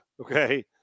okay